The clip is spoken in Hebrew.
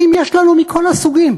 אחים יש לנו מכל הסוגים.